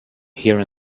here